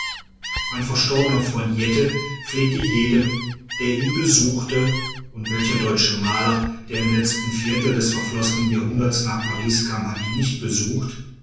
mein verstorbener freund jettel pflegte jedem der ihn besuchte und welcher deutsche maler der im letzten viertel des verflossenen jahrhunderts nach paris kam hat ihn nicht besucht